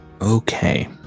Okay